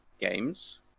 games